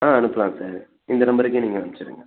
ஆ அனுப்பலாம் சார் இந்த நம்பருக்கே நீங்கள் அமிச்சுருங்க